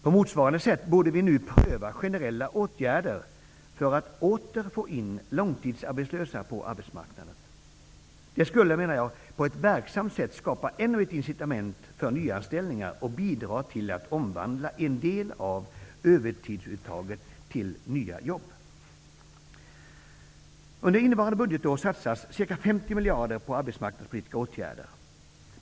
På motsvarande sätt borde vi nu pröva generella åtgärder för att åter få in långtidsarbetslösa på arbetsmarknaden. Det skulle på ett verksamt sätt skapa ännu ett incitament för nyanställningar och bidra till att omvandla en del av övertidsuttaget till nya jobb. Under innevarande budgetår satsas ca 50 miljarder på arbetsmarknadspolitiska åtgärder.